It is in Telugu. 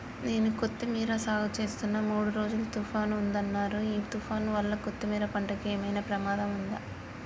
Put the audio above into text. నేను కొత్తిమీర సాగుచేస్తున్న మూడు రోజులు తుఫాన్ ఉందన్నరు ఈ తుఫాన్ వల్ల కొత్తిమీర పంటకు ఏమైనా ప్రమాదం ఉందా?